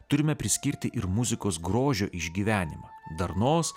turime priskirti ir muzikos grožio išgyvenimą darnos